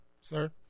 sir